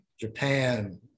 Japan